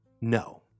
No